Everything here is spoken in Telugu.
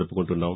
జరుపుకుంటున్నాం